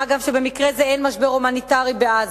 הגם שבמקרה זה אין משבר הומניטרי בעזה.